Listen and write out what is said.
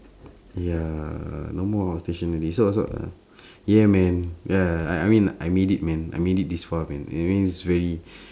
ya uh no more outstation already so so uh yeah man ya ya I mean I made it man I made it this far man I mean it's very